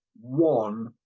one